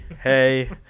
hey